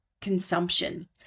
consumption